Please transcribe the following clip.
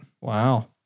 Wow